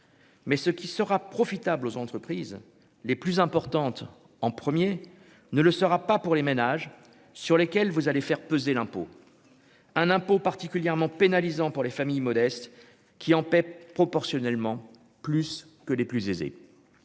mais ce qui sera profitable aux entreprises les plus importantes en 1er ne le saura pas pour les ménages, sur lesquelles vous allez faire peser l'impôt un impôt particulièrement pénalisant pour les familles modestes qui en paient proportionnellement plus que les plus aisés,